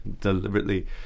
deliberately